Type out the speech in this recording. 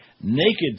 naked